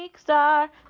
star